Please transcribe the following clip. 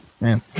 Man